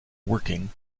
working